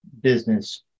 business